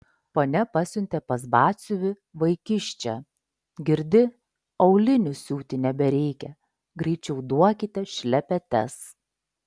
ponia pasiuntė pas batsiuvį vaikiščią girdi aulinių siūti nebereikia greičiau duokite šlepetes